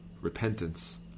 repentance